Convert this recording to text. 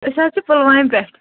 أسۍ حظ چھِ پُلوام پیٚٹھ